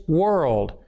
world